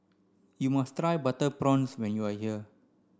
you must try butter prawns when you are here